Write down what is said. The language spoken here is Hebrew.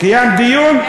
קיימת דיון?